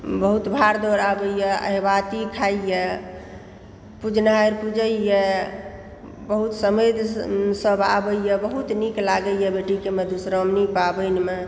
बहुत भाड़ दौड़ आबैयऽअहिबाति खाइया पूजनिहार पुजै यऽ बहुत समधि सब आबैया बहुत नीक लागैय बेटीकेँ मधुश्रावणी पाबनिमे